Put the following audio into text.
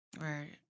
Right